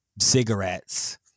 cigarettes